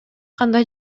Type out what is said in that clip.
кандай